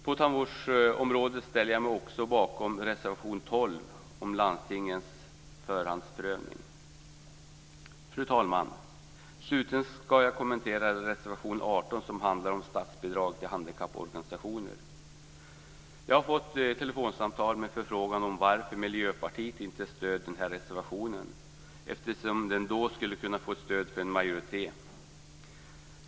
På tandvårdsområdet ställer jag mig också bakom reservation 12, om landstingens förhandsprövning. Fru talman! Slutligen ska jag kommentera reservation 18 som handlar om statsbidrag till handikapporganisationer. Jag har fått telefonsamtal med förfrågan om varför Miljöpartiet inte stöder reservationen, eftersom den då skulle kunna få stöd från en majoritet.